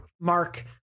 mark